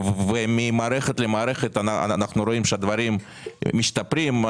ממערכת למערכת אנחנו רואים שהדברים משתפרים.